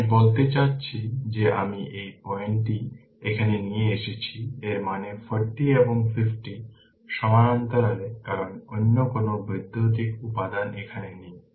আমি বলতে চাচ্ছি যে আমি এই পয়েন্টটি এখানে নিয়ে এসেছি এর মানে 40 এবং 50 সমান্তরালে কারণ অন্য কোন বৈদ্যুতিক উপাদান এখানে নেই